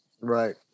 Right